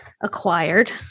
acquired